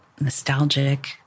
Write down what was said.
nostalgic